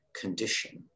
condition